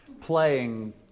playing